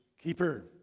keeper